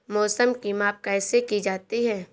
मौसम की माप कैसे की जाती है?